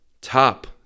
top